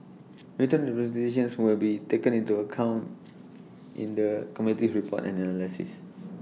written representations will be taken into account in the committee's report and analysis